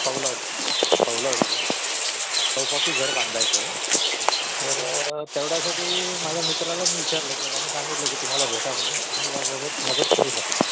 कौलारू कौलारू चौपोसी घर बांधायचं आहे तर तेवढ्यासाठी माझ्या मित्राला मी विचारलं तर त्यांनी सांगितलं की तुम्हाला भेटा म्हणून तुम्ही याबोबत मदत करू शका